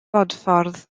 bodffordd